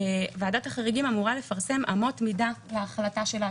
ועדת החריגים אמורה לפרסם אמות מידה להחלטה שלה,